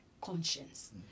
conscience